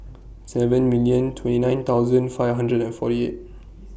seven millions twenty nine thousands five hundreds and forty